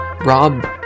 Rob